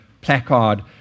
placard